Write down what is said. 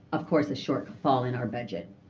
of course, a shortfall in our budget.